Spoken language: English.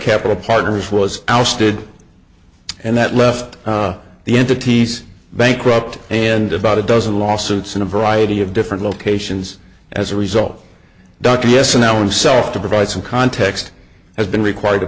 capital partners was ousted and that left the entities bankrupt and about a dozen lawsuits in a variety of different locations as a result dr yes and no one's self to provide some context has been required to